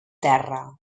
terra